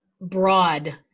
broad